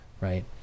right